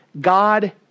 God